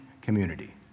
community